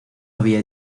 había